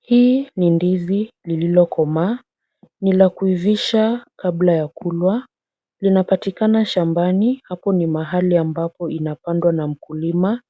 Hii ni ndizi lililokomaa. Ni la kuivisha kabla ya kula. Linapatikana shambani. Hapo ni mahali ambapo inapandwa na mkulima